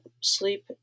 sleep